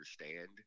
understand